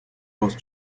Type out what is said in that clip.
рост